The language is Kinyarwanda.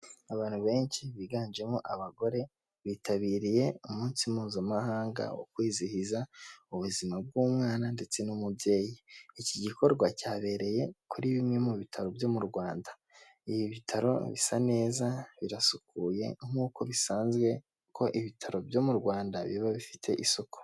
Abantu benshi biganjemo abagore, bitabiriye umunsi mpuzamahanga wo kwizihiza ubuzima bw'umwana ndetse n'umubyeyi. Iki gikorwa cyabereye kuri bimwe mu bitaro byo mu Rwanda. Ibi bitaro bisa neza birasukuye nkuko bisanzwe ko ibitaro byo mu Rwanda, biba bifite isuku.